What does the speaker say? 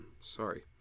sorry